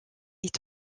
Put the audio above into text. est